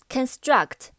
Construct